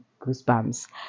goosebumps